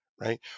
right